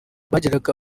bagiraga